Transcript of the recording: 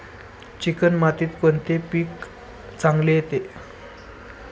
Chicken मातीत कोणते पीक चांगले येते?